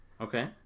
okay